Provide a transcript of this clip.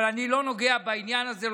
אבל אני לא נוגע בעניין הזה,